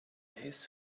his